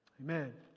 Amen